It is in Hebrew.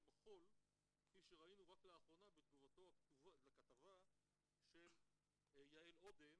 בחול כפי שראינו רק לאחרונה בתגובתו לכתבה של יעל אודם,